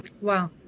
Wow